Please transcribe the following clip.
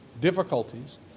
difficulties